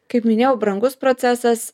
kaip minėjau brangus procesas